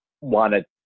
wanted